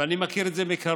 ואני מכיר את זה מקרוב.